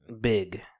big